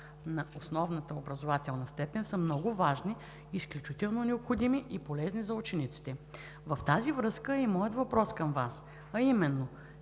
на основната образователна степен, са много важни, изключително необходими и полезни за учениците. В тази връзка е и моят въпрос към Вас, а именно: